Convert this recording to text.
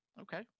Okay